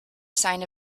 sign